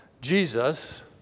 Jesus